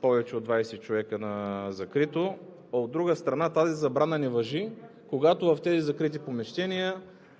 повече от 20 човека на закрито, а, от друга страна, тази забрана не важи, когато в тези закрити помещения